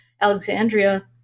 Alexandria